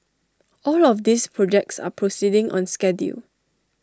all of these projects are proceeding on schedule